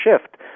shift